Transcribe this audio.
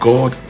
God